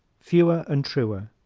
fewer and truer